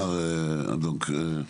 זה אמר האדון הגמלאי של מבקר המדינה.